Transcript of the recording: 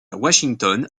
washington